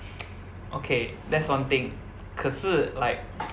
okay that's one thing 可是 like